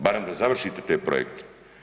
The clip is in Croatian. Barem da završite te projekte.